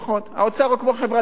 האוצר הוא כמו חברת ביטוח.